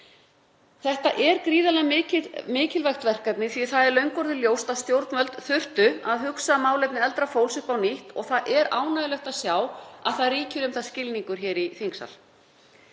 Þetta er gríðarlega mikilvægt verkefni því að það er löngu orðið ljóst að stjórnvöld þurfa að hugsa málefni eldra fólks upp á nýtt og það er ánægjulegt að sjá að það ríkir um það skilningur hér í þingsal.